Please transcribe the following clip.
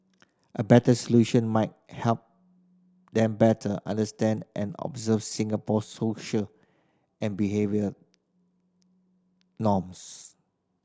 a better solution might help them better understand and observe Singapore's social and behavioural norms